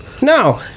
No